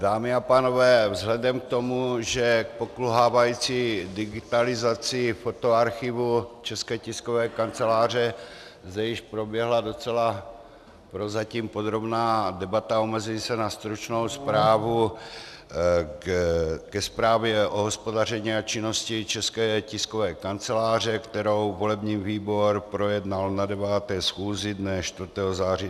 Dámy a pánové, vzhledem k tomu, že k pokulhávající digitalizaci fotoarchivu České tiskové kanceláře zde již proběhla docela prozatím podrobná debata, omezím se na stručnou zprávu ke zprávě o hospodaření a činnosti České tiskové kanceláře, kterou volební výbor projednal na 9. schůzi dne 4. září 2018.